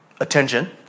Attention